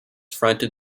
fronted